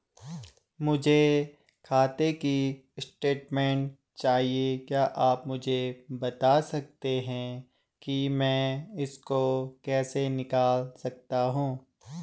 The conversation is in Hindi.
मुझे खाते की स्टेटमेंट चाहिए क्या आप मुझे बताना सकते हैं कि मैं इसको कैसे निकाल सकता हूँ?